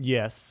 Yes